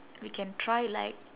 we can try like